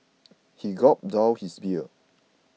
he gulped down his beer